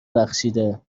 بخشیده